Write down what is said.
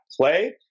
play